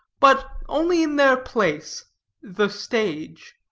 but only in their place the stage.